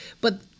But-